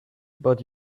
but